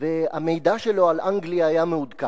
והמידע שלו על אנגליה היה מעודכן,